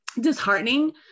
disheartening